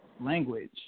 language